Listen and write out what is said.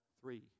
three